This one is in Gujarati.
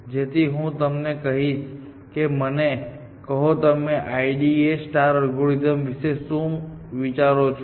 જેથી હું તમને કહીશ કે મને કહો તમે IDA અલ્ગોરિધમ વિશે શું વિચારો છો